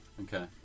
Okay